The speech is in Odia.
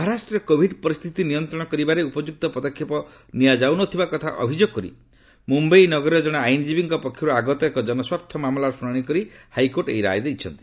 ମହାରାଷ୍ଟ୍ରରେ କୋଭିଡ୍ ପରିସ୍ଥିତି ନିୟନ୍ତ୍ରଣ କରିବାରେ ଉପଯୁକ୍ତ ପଦକ୍ଷେପ ନିଆଯାଉନଥିବା କଥା ଅଭିଯୋଗ କରି ମୁମ୍ବାଇ ନଗରୀର ଜଣେ ଆଇନ୍ଜୀବୀଙ୍କ ପକ୍ଷରୁ ଆଗତ ଏକ ଜନସ୍ୱାର୍ଥ ମାମଲାର ଶ୍ରଣାଣି କରି ହାଇକୋର୍ଟ ଏହି ରାୟ ଦେଇଛନ୍ତି